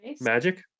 Magic